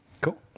cool